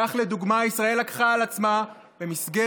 כך לדוגמה ישראל לקחה על עצמה במסגרת